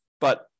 But-